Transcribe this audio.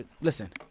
Listen